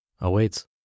awaits